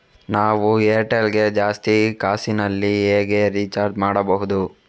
ನಾವು ಏರ್ಟೆಲ್ ಗೆ ಜಾಸ್ತಿ ಕಾಸಿನಲಿ ಹೇಗೆ ರಿಚಾರ್ಜ್ ಮಾಡ್ಬಾಹುದು?